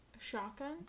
shotgun